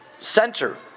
center